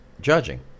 judging